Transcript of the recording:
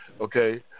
okay